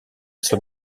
sur